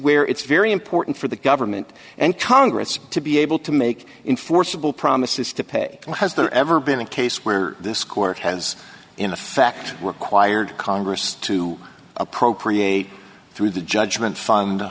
where it's very important for the government and congress to be able to make in forcible promises to pay has there ever been a case where this court has in effect required congress to appropriate through the judgment fund